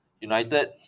United